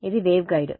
ఇది వేవ్గైడ్